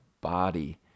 body